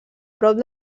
prop